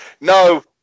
No